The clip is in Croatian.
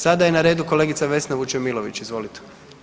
Sada je na redu kolegica Vesna Vučemilović, izvolite.